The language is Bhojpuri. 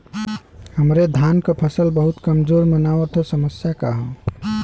हमरे धान क फसल बहुत कमजोर मनावत ह समस्या का ह?